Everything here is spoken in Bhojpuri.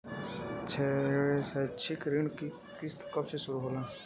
शैक्षिक ऋण क किस्त कब से शुरू होला?